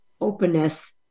openness